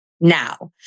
now